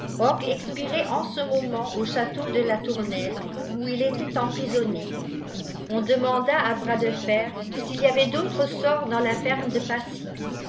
expirait en ce moment au château de latournelle oixm était emprisonné on demanda à bras de fer s'il j avait d'autres mtê tfs it ferme de pacy